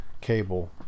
cable